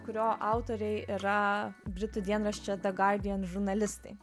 kurio autoriai yra britų dienraščio guardian žurnalistai